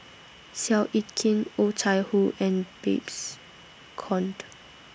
Seow Yit Kin Oh Chai Hoo and Babes Conde